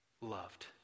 loved